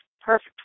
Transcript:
perfect